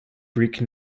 greek